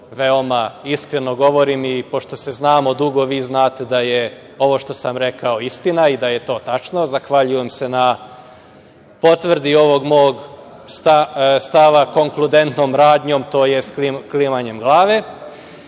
veoma iskreno govorim i pošto se znamo dugo, vi znate da je ovo što sam rekao istina i da je to tačno. Zahvaljujem se na potvrdi ovog mog stava konkludentnom radnjom, tj. klimanjem glave.